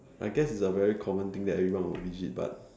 I guess it's a very common thing that everyone will visit but